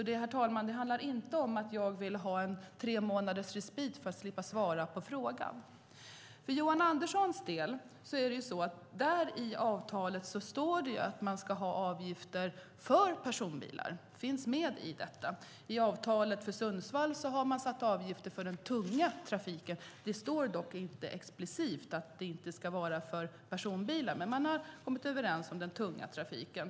Det handlar alltså inte om, herr talman, att jag vill ha tre månaders respit för att slippa svara på frågan. När det gäller Johan Anderssons fråga står det i avtalet att man ska ha avgifter för personbilar. Det finns med i detta. I avtalet för Sundsvall har man satt avgifter för den tunga trafiken. Det står dock inte explicit att det inte ska vara för personbilar, men man har kommit överens om den tunga trafiken.